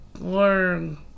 learn